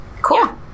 cool